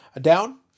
down